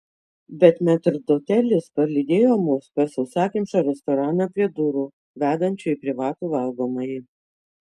bet metrdotelis palydėjo mus per sausakimšą restoraną prie durų vedančių į privatų valgomąjį